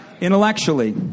intellectually